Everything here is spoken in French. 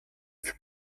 fût